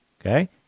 Okay